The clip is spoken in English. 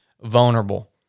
vulnerable